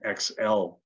XL